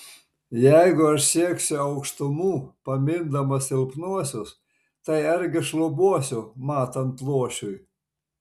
jeigu aš sieksiu aukštumų pamindamas silpnuosius tai argi šlubuosiu matant luošiui